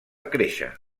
créixer